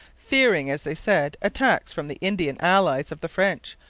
fearing, as they said, attacks from the indian allies of the french,